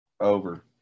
Over